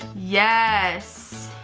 yes,